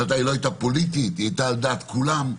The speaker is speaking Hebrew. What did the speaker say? לא פוליטית, היא היתה על דעת כולם.